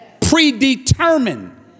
predetermined